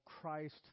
Christ